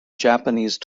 japanese